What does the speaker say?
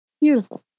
beautiful